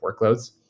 workloads